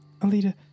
Alita